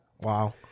Wow